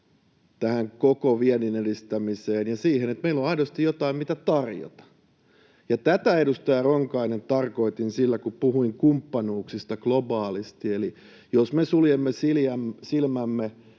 tähän koko vienninedistämiseen ja siihen, että meillä on aidosti jotain, mitä tarjota. Tätä, edustaja Ronkainen, tarkoitin sillä, kun puhuin kumppanuuksista globaalisti. Jos me suljemme silmämme